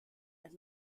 and